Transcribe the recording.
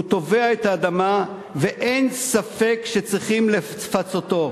הוא תובע את האדמה ואין ספק שצריכים לפצותו,